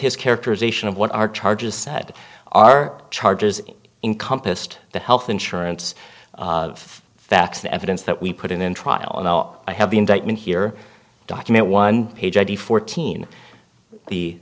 his characterization of what our charges said our charges in compassed the health insurance of facts the evidence that we put in trial and now i have the indictment here document one page id fourteen the